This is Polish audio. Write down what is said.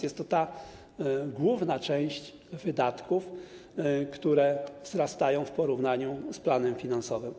Jest to ta główna część wydatków, które wzrastają w porównaniu z planem finansowym.